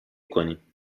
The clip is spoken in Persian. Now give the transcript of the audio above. کنیم